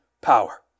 power